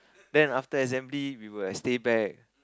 then after assembly we will like stay back